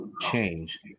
change